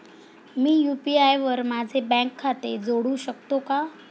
मी UPI वर माझे bank खाते जोडू शकतो का?